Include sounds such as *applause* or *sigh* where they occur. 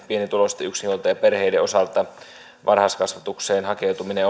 pienituloisten yksinhuoltajaperheiden osalta varhaiskasvatukseen hakeutuminen *unintelligible*